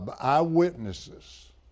eyewitnesses